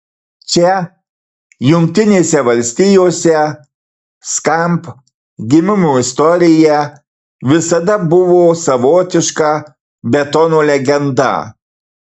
čia jungtinėse valstijose skamp gimimo istorija visada buvo savotiška betono legenda